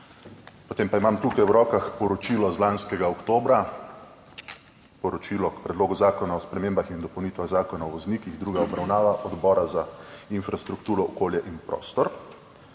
Potem pa imam tukaj v rokah poročilo iz lanskega oktobra, poročilo k Predlogu zakona o spremembah in dopolnitvah Zakona o voznikih, druga obravnava Odbora za infrastrukturo, okolje in prostor,